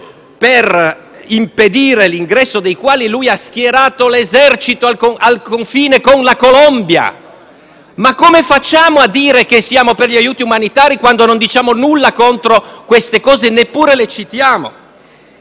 per impedire l'ingresso dei quali ha schierato l'esercito al confine con la Colombia. Ma come facciamo a dire che siamo per gli aiuti umanitari quando non diciamo nulla contro simili fatti e neppure li citiamo?